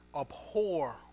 abhor